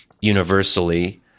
universally